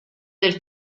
del